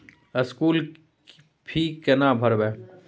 School fee केना भरबै?